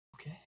Okay